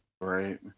Right